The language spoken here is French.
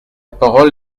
parole